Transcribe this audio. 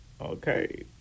okay